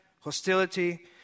hostility